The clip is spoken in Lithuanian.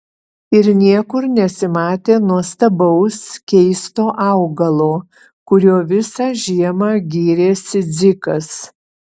ir niekur nesimatė nuostabaus keisto augalo kuriuo visą žiemą gyrėsi dzikas